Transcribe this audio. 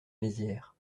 mézières